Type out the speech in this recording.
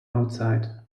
outside